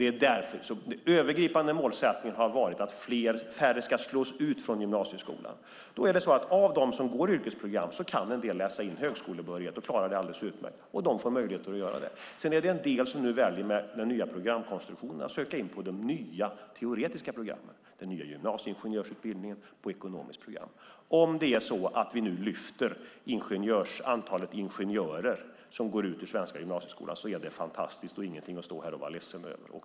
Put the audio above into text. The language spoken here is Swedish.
Den övergripande målsättningen har varit att färre ska slås ut från gymnasieskolan. Då är det så att en del av dem som går yrkesprogram kan läsa in högskolebehörighet, och klarar det alldeles utmärkt, och de får möjlighet att göra det. Sedan är det en del som med den nya programkonstruktionen nu väljer att söka in på de nya teoretiska programmen, den nya gymnasieingenjörsutbildningen på ekonomiskt program. Om vi nu ökar antalet ingenjörer som går ut svenska gymnasieskolan är det fantastiskt och ingenting att stå här och vara ledsen över.